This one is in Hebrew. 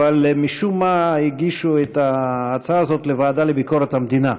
אבל משום מה הגישו את ההצעה הזאת לוועדה לביקורת המדינה.